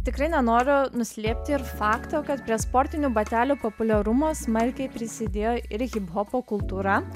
tikrai nenoriu nuslėpti ir fakto kad prie sportinių batelių populiarumo smarkiai prisidėjo ir hiphopo kultūra